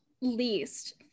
least